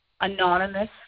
anonymous